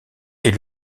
est